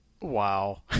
Wow